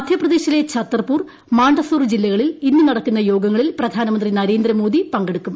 മധ്യപ്രദേശിലെ ചത്തർപൂർ മാണ്ഡസോർ ജില്ലകളിൽ ഇന്ന് നടക്കുന്ന യോഗങ്ങളിൽ പ്രധാനമന്ത്രി നരേന്ദ്രമോദി പങ്കെടുക്കും